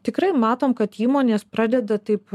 tikrai matome kad įmonės pradeda taip